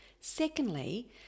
Secondly